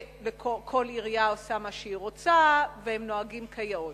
שכל עירייה עושה מה שהיא רוצה ושהם נוהגים כיאות.